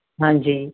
ਹਾਂਜੀ